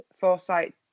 foresight